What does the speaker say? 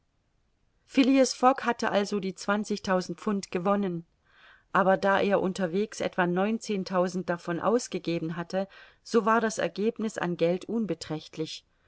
fogg hatte also die zwanzigtausend pfund gewonnen aber da er unterwegs etwa neunzehntausend davon ausgegeben hatte so war das ergebniß an geld unbeträchtlich